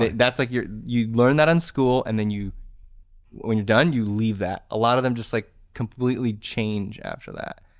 that's like you're you learn that on school and then you when you're done you leave that. a lot of them just like completely change after that.